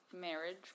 marriage